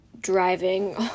driving